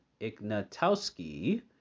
Ignatowski